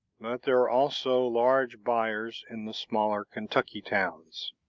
there are also large buyers in the smaller kentucky towns.